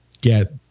get